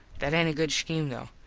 that aint a good scheme though.